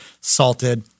salted